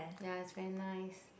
ya it's very nice